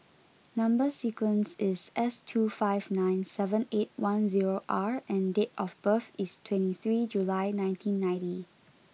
number sequence is S two five nine seven eight one zero R and date of birth is twenty three July nineteen ninety